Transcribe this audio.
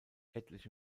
etliche